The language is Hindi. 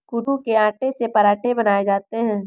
कूटू के आटे से पराठे बनाये जाते है